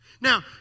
Now